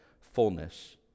fullness